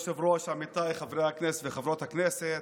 כבוד היושב-ראש, עמיתיי חברי הכנסת וחברות הכנסת,